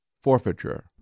forfeiture